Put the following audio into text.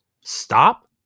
stop